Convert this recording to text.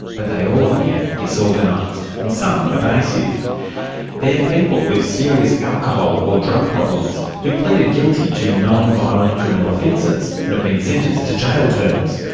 but they all appear disorganised, and some, evasive. they're ah people with serious alcohol or drug problems who've pleaded guilty to non-violent criminal offences and have been sentenced to jail terms.